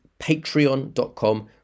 Patreon.com